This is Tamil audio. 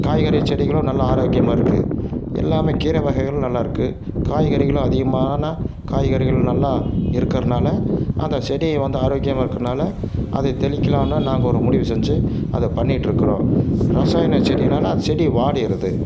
காய்கறி செடிகளும் நல்லா ஆரோக்கியமாக இருக்கு எல்லாமே கீரை வகைகளும் நல்லா இருக்கு காய்கறிகளும் அதிகமான காய்கறிகள் நல்லா இருக்கறதுனால அந்த செடி வந்து ஆரோக்கியமாக இருக்கறதுனால அதை தெளிக்கலாம்ன்னு நாங்கள் ஒரு முடிவு செஞ்சு அதை பண்ணிகிட்டு இருக்குறோம் இரசாயன செடினால் அந்த செடி வாடிருது